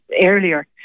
earlier